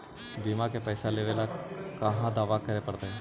बिमा के पैसा लेबे ल कहा दावा करे पड़तै?